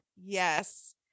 Yes